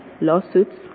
lawsuits